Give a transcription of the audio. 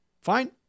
Fine